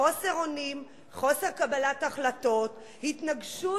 חוסר אונים, חוסר קבלת החלטות, התנגשות